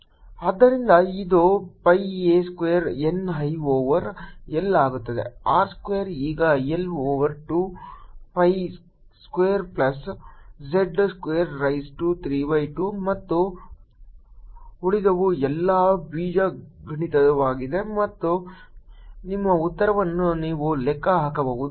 ಆದ್ದರಿಂದ ಇದು pi a square N I over L ಆಗುತ್ತದೆ R ಸ್ಕ್ವೇರ್ ಈಗ L over 2 pi square plus z square raise to 3 by 2 ಮತ್ತು ಉಳಿದವು ಎಲ್ಲಾ ಬೀಜಗಣಿತವಾಗಿದೆ ಮತ್ತು ನಿಮ್ಮ ಉತ್ತರವನ್ನು ನೀವು ಲೆಕ್ಕ ಹಾಕಬಹುದು